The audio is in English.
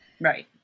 Right